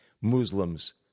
Muslims